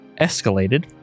escalated